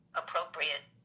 appropriate